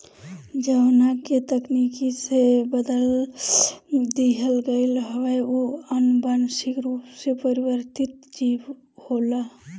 जवना के तकनीकी से बदल दिहल गईल हवे उ अनुवांशिक रूप से परिवर्तित जीव होला